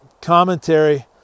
commentary